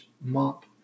mop